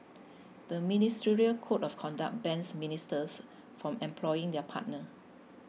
the ministerial code of conduct bans ministers from employing their partner